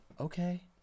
Okay